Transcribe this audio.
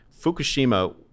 Fukushima